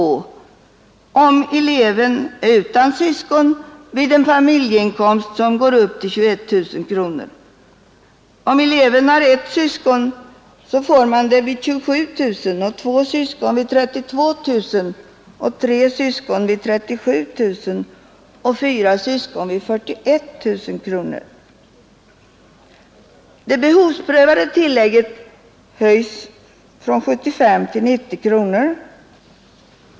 Så blir fallet, om eleven är utan syskon, vid en familjeinkomst på upp till 21 000 kronor, om eleven har ett syskon vid högst 27 000 kronor, två syskon vid högst 32 000 kronor, tre syskon vid högst 37 000 kronor och fyra syskon vid högst 41 000 kronor. Det högsta behovsprövade tillägget höjs från 75 till 90 kronor.